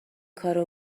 کارو